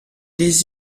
les